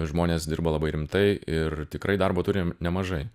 žmonės dirba labai rimtai ir tikrai darbo turim nemažai